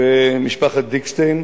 ומשפחת דיקשטיין